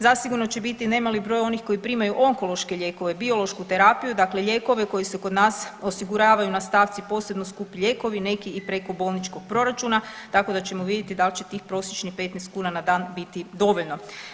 Zasigurno će biti nemali broj onih koji primaju onkološke lijekove i biološku terapiju, dakle lijekove koji se kod nas osiguravaju na stavci posebno skupi lijekovi, neki i preko bolničkog proračuna, tako da ćemo vidjeti da li će tih prosječnih 15 kuna na dan biti dovoljno.